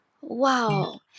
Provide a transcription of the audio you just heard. wow